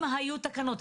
האם היו תקנות?